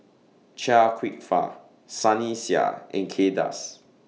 Chia Kwek Fah Sunny Sia and Kay Das